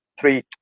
three